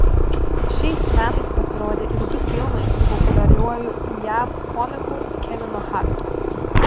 šiais metais pasirodė ir du filmai su populiariuoju jav komiku kevinu hartu